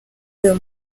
uyu